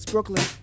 Brooklyn